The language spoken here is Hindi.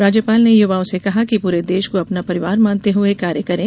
राज्यपाल ने युवाओं से कहा कि पूरे देश को अपना परिवार मानते हुए कार्य करें